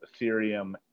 Ethereum